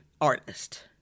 artist